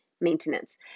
maintenance